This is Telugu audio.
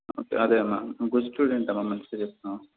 అంతే అదేమ్మా నువ్వు గుడ్ స్టూడెంట్వి అమ్మా మంచిగా చెప్తున్నావు